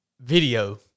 video